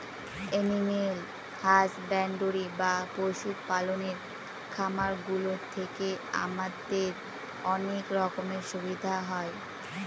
animal husbandry বা পশু পালনের খামার গুলো থেকে আমাদের অনেক রকমের সুবিধা হয়